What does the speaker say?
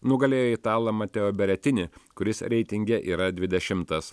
nugalėjo italą mateo beretini kuris reitinge yra dvidešimtas